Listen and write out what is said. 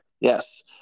Yes